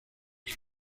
sus